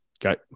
got